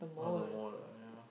all the more lah ya